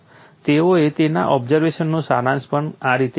તેઓએ તેમના ઓબ્ઝર્વેશનનો સારાંશ પણ આ રીતે આપ્યો છે